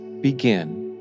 begin